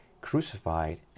crucified